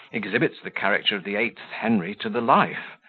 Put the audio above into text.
exhibits the character of the eighth henry to the life,